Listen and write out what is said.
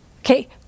Okay